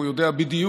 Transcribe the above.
והוא יודע בדיוק,